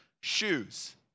shoes